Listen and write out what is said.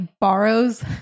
borrows